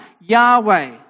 Yahweh